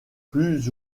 plus